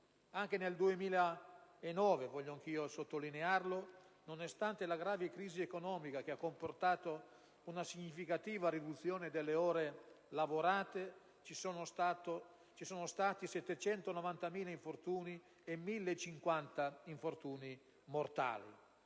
Anche nel 2009, voglio anch'io sottolinearlo, nonostante la grave crisi economica che ha comportato una significativa riduzione delle ore lavorate, ci sono stati 790.000 infortuni, di cui 1.050 mortali.